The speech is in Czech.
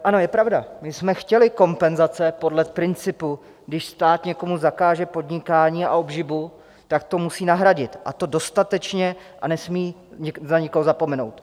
Ano, je pravda, že jsme chtěli kompenzace podle principu, když stát někomu zakáže podnikání a obživu, tak to musí nahradit, a to dostatečně a nesmí na nikoho zapomenout.